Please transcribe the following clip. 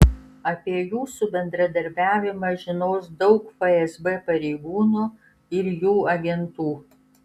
apie jūsų bendradarbiavimą žinos daug fsb pareigūnų ir jų agentų